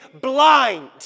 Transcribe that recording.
blind